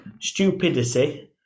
stupidity